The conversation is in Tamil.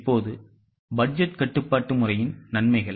இப்போது பட்ஜெட் கட்டுப்பாட்டு முறையின் நன்மைகள்